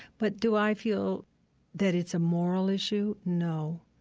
but do i feel that it's a moral issue? no.